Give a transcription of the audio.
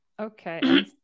okay